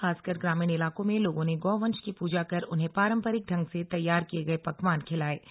खासकर ग्रामीण इलाकों में लोगों ने गौवंश की पूजा कर उन्हें पारंपरिक ढंग से तैयार किये गए पकवान खिलाए गए